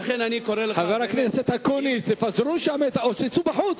חבר הכנסת אקוניס, תפזרו שם או שתצאו בחוץ.